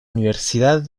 universidad